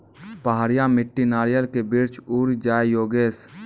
पहाड़िया मिट्टी नारियल के वृक्ष उड़ जाय योगेश?